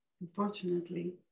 Unfortunately